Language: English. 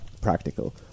practical